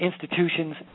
institutions